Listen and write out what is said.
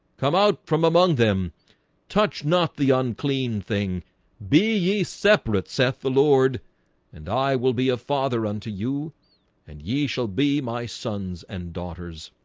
come out from among them touch not the unclean thing be ye separate saith the lord and i will be a father unto you and ye shall be my sons and daughters